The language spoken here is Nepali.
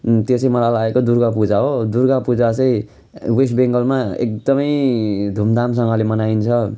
त्यो चाहिँ मलाई लागेको दुर्गापूजा हो दुर्गापूजा चाहिँ वेस्ट बङ्गालमा एकदमै धुमधामसँगले मनाइन्छ